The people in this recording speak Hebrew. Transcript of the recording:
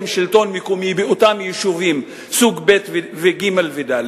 שלטון מקומי באותם יישובים סוג ב' וג' וד',